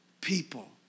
people